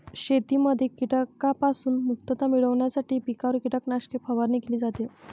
शेतीमध्ये कीटकांपासून मुक्तता मिळविण्यासाठी पिकांवर कीटकनाशके फवारणी केली जाते